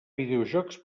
videojocs